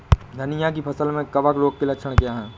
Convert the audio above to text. धनिया की फसल में कवक रोग के लक्षण क्या है?